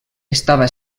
estava